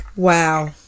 Wow